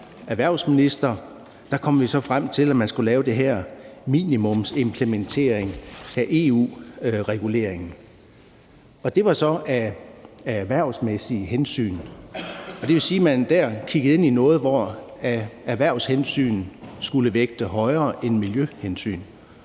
frem til, at man skulle lave den her minimumsimplementering af EU-reguleringen. Det var så af erhvervsmæssige hensyn. Det vil sige, at man der kiggede ind i noget, hvor erhvervshensyn skulle vægte højere end miljøhensyn.